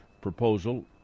proposal